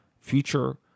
future